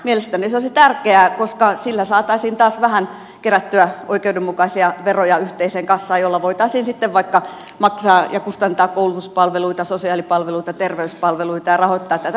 mielestäni se olisi tärkeää koska sillä saataisiin taas vähän kerättyä oikeudenmukaisia veroja yhteiseen kassaan jolla voitaisiin sitten vaikka maksaa ja kustantaa koulutuspalveluita sosiaalipalveluita terveyspalveluita ja rahoittaa tätä hyvinvointiyhteiskuntamme perustaa